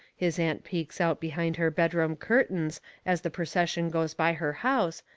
his aunt peeks out behind her bedroom curtains as the percession goes by her house,